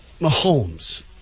Mahomes